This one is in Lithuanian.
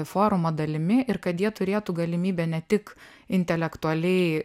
forumo dalimi ir kad jie turėtų galimybę ne tik intelektualiai